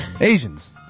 Asians